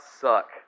suck